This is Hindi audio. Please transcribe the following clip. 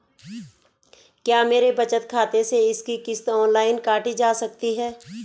क्या मेरे बचत खाते से इसकी किश्त ऑनलाइन काटी जा सकती है?